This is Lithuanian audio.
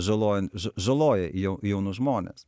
žaloja žaloja jau jaunus žmones